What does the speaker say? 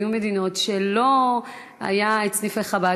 והיו מדינות שלא היו בהן סניפי חב"ד.